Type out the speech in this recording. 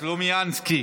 סלומינסקי.